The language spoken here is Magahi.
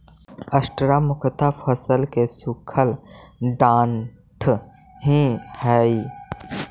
स्ट्रा मुख्यतः फसल के सूखल डांठ ही हई